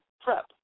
prep